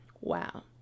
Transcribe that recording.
Wow